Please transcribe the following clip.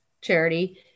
charity